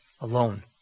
alone